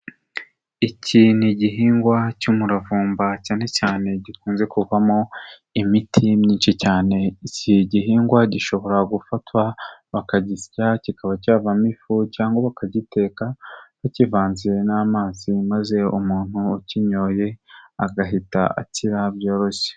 Iki ni igihingwa cy'umuravumba cyane cyane gikunze kuvamo imiti myinshi cyane, iki igihingwa gishobora gufatwa bakagisya kikaba cyavamo ifu cyangwa bakagiteka bakivanze n'amazi, maze umuntu ukinyoye agahita akira byoroshye.